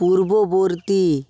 পূর্ববর্তী